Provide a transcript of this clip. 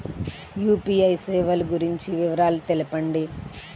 UPI సేవలు గురించి వివరాలు తెలుపండి?